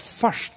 first